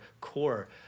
core